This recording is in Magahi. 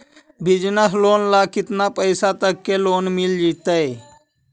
बिजनेस लोन ल केतना पैसा तक के लोन मिल जितै?